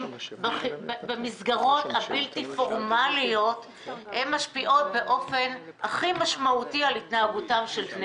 במסגרות הבלתי-פורמליות משפיע באופן מהותי על התנהגות בני